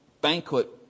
banquet